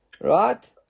Right